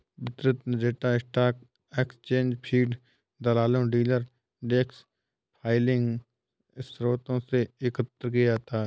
वितरित data stock exchange feed, दलालों, dealer desk filing स्रोतों से एकत्र किया जाता है